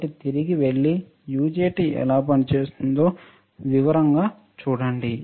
కాబట్టి తిరిగి వెళ్లి యుజెటి ఎలా పనిచేస్తుందో వివరంగా చూడండి